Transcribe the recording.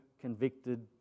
convicted